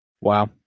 wow